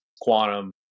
quantum